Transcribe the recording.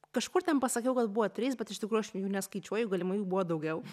kažkur ten pasakiau kad buvo trys bet iš tikrųjų aš jų neskaičiuoju galimai jų buvo daugiau